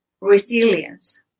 resilience